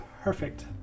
Perfect